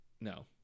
no